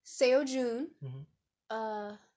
Seo-jun